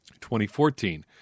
2014